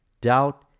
doubt